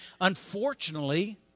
unfortunately